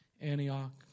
Antioch